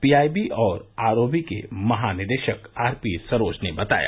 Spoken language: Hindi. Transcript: पीआईबी और आरओबी के महानिदेशक आरपी सरोज ने बताया